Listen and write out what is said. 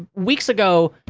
weeks ago,